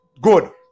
good